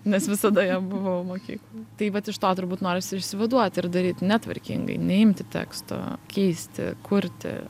nes visada ja buvau mokykloj tai vat iš to turbūt norisi išsivaduot ir daryt netvarkingai neimti teksto keisti kurti